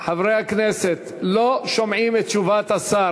חברי הכנסת, לא שומעים את תשובת השר.